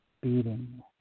beating